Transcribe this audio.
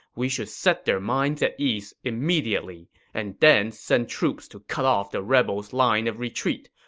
we should set their minds at ease immediately, and then send troops to cut off the rebels' line of retreat.